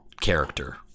character